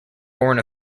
foreign